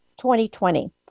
2020